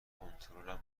کنترلم